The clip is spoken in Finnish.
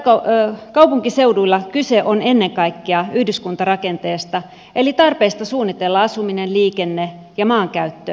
kasvavilla kaupunkiseuduilla kyse on ennen kaikkea yhdyskuntarakenteesta eli tarpeesta suunnitella asuminen liikenne ja maankäyttö kokonaisuutena